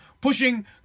pushing